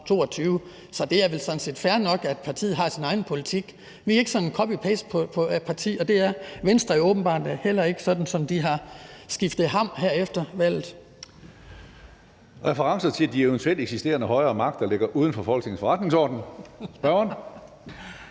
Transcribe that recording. Så det er vel sådan set fair nok, at partiet har sin egen politik. Vi er ikke sådan en copy-paste af et parti. Det er Venstre jo åbenbart heller ikke, sådan som de har skiftet ham her efter valget. Kl. 13:21 Tredje næstformand (Karsten Hønge): Referencer til de eventuelt eksisterende højere magter ligger uden for Folketingets forretningsorden. Spørgeren.